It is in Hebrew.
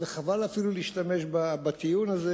וחבל אפילו להשתמש בטיעון הזה,